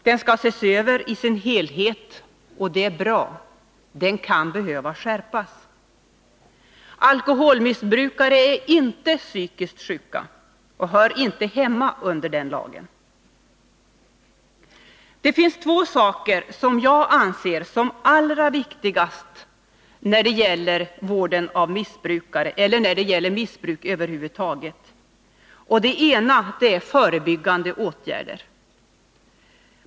Den skall ses över i sin helhet, och det är bra — den kan behöva skärpas. Alkoholmissbrukare är inte psykiskt sjuka och hör inte hemma under den lagen. Det finns två saker som jag anser som allra viktigast när det gäller missbruk. Det är för det första förebyggande åtgärder.